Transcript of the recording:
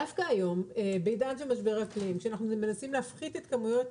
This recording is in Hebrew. דווקא היום בעידן של משבר אקלים כשאנחנו מנסים להפחית את כמויות